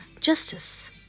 justice